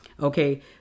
Okay